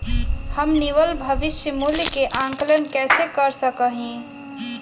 हम निवल भविष्य मूल्य के आंकलन कैसे कर सका ही?